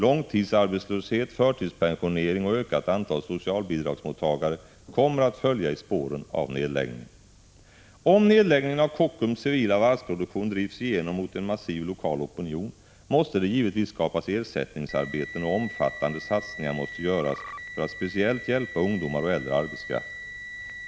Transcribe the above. Långtidsarbetslöshet, förtidspensionering och ökat antal socialbidragsmottagare kommer att följa i spåren av nedläggningen. Om nedläggningen av Kockums civila varvsproduktion drivs igenom mot en massiv lokal opinion, måste det givetvis skapas ersättningsarbeten, och omfattande satsningar måste göras för att speciellt hjälpa ungdomar och äldre arbetskraft.